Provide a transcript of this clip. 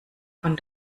von